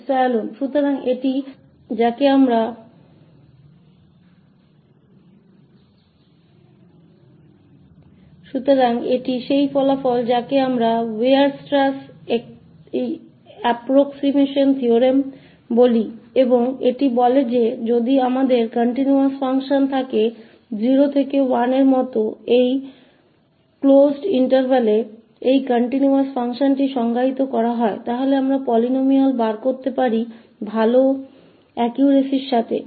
𝜖 ढूंढ सकते हैं तो यह वह परिणाम है जिसे हम वीयरस्ट्रैस सन्निकटन प्रमेय कहते हैं और यह कहता है कि यदि हमारे पास इस बंद अंतराल पर परिभाषित यह continuous फंक्शन है जैसे कि यहां 0 से 1 है तो हम जितनी चाहें उतनी अच्छी सटीकता का बहुपद पा सकते हैं